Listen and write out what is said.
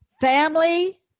family